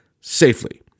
safely